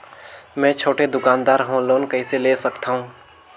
मे छोटे दुकानदार हवं लोन कइसे ले सकथव?